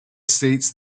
states